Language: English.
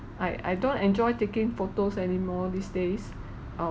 I I don't enjoy taking photos anymore these days